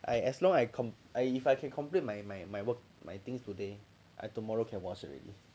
I as long as I if I can complete my my my work my things today I tomorrow can watch already